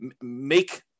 make